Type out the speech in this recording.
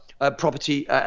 Property